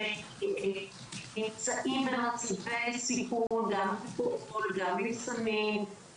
הם נמצאים במצבי סיכון גם עם אלכוהול וגם עם סמים.